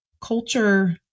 culture